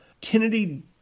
Kennedy